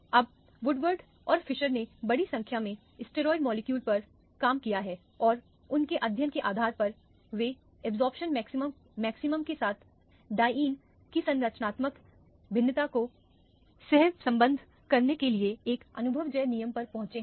अब वुडवर्ड और फ़ाइज़र ने बड़ी संख्या में स्टेरॉयड मॉलिक्यूल पर काम किया है और उनके अध्ययन के आधार पर वे अब्जॉर्प्शन मैक्सिमम के साथ डाइईन की संरचनात्मक भिन्नता को सहसंबद्ध करने के लिए एक अनुभवजन्य नियम पर पहुंचे हैं